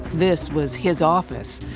this was his office,